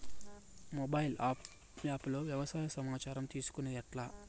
Mobile app లో వ్యవసాయ సమాచారం తీసుకొనేది ఎట్లా?